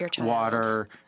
water